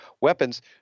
weapons